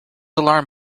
alarmed